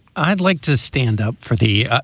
i'd like to stand up for the.